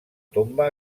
tomba